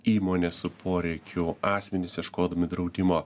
įmonės su poreikiu asmenys ieškodami draudimo